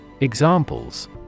Examples